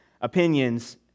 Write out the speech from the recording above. opinions